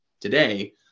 Today